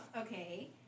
okay